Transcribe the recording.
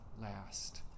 last